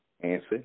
Answer